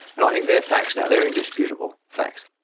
i think they're facts now, they're indisputable facts.